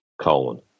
colon